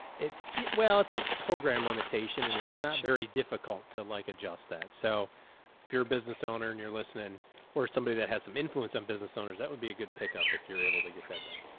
it's yeah well, it's a program limitation and it's not very difficult to like adjust that. so if you're a business owner and you're listening or somebody that has some influence on business owners, that would be a good pickup. if you're able to get that done.